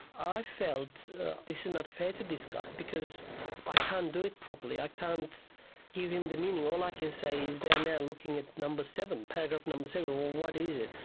i felt this is not fair to this guy because i can't do it properly, i can't give him the meaning. all i can say is, they are now looking at number seven, paragraph number seven. well, what is it?